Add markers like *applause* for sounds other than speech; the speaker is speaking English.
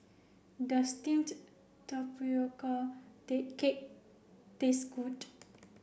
does steamed tapioca *unintelligible* cake taste good